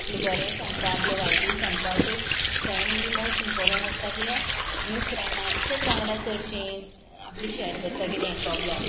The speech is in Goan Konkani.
आपलें बरेंय सांगपा आपलें वायटूय सांगपा सो फ्रेंड ही मोस्ट इम्पोर्टंट आसता कित्याक आमी फ्रेंडांचेच वांगडा चडशीं आपलें शॅर करता कितेंय प्रोब्लम